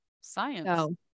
Science